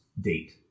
date